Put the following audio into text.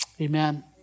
Amen